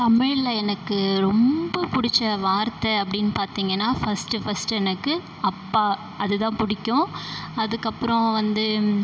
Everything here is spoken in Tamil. தமிழில் எனக்கு ரொம்ப பிடிச்ச வார்த்தை அப்படினு பார்த்தீங்கன்னா ஃபர்ஸ்ட்டு ஃபர்ஸ்ட்டு எனக்கு அப்பா அதுதான் பிடிக்கும் அதுக்கு அப்புறம் வந்து